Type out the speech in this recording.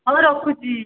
ହଉ ରଖୁଛି